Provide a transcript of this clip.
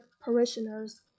parishioners